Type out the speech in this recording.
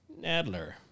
Nadler